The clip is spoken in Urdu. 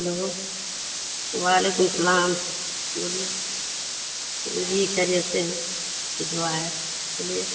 ہلو وعلیکم السلام بولیے جی خیریت سے ہیں دعا ہے بولیے